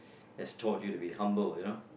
has taught you to be humble you know